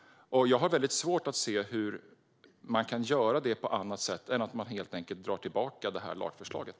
Jag har svårt att se hur man kan göra detta på annat sätt än genom att helt enkelt dra tillbaka lagförslaget.